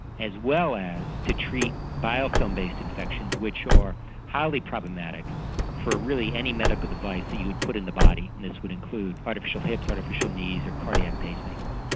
as well as to treat biofilm based infections which are highly problematic for really any medical device that you would put in the body, and this would include artificial hips, artificial knees or cardiac pacemakers.